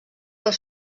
per